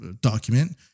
document